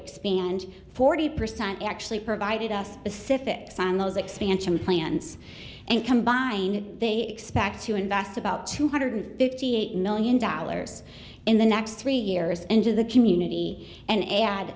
expand forty percent actually provided us pacific silos expansion plans and combined they expect to invest about two hundred fifty eight million dollars in the next three years into the community and add